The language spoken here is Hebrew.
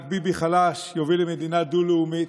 רק ביבי חלש יוביל למדינה דו-לאומית,